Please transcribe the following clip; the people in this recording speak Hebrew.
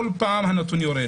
כל פעם הנתון יורד.